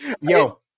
Yo